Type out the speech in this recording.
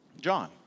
John